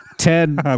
Ted